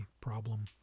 problem